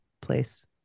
place